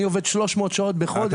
אני עובד 300 שעות בחודש.